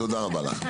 תודה רבה לך.